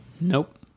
Nope